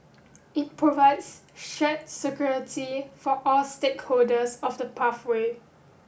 it provides shared security for all stakeholders of the pathway